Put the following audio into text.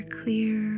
clear